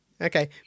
Okay